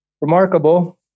remarkable